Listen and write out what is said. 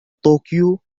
طوكيو